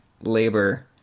labor